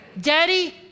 daddy